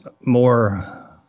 more